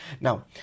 Now